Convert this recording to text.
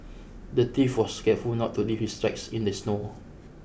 the thief was careful not to leave his tracks in the snow